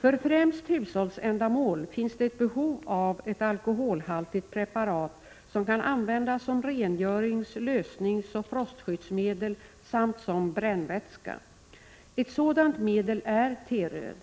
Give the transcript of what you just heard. För främst hushållsändamål finns det ett behov av ett alkoholhaltigt preparat som kan användas som rengörings-, lösningsoch frostskyddsmedel samt som brännvätska. Ett sådant medel är ”T-röd”.